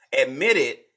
admitted